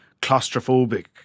claustrophobic